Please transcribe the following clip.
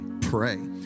Pray